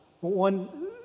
One